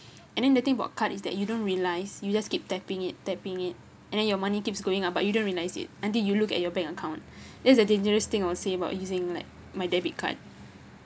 and then the thing about card is that you don't realize you just keep tapping it tapping it and then your money keeps going out but you don't realize it until you look at your bank account that's the dangerous thing I'll say about using like my debit card